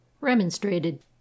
remonstrated